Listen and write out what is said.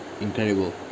incredible